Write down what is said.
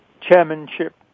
chairmanship